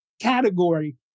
category